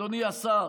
אדוני השר,